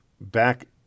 back